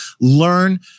learn